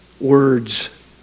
words